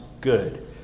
good